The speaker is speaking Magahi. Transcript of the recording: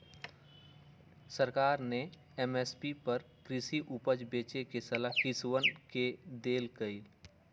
सरकार ने एम.एस.पी पर कृषि उपज बेचे के सलाह किसनवन के देल कई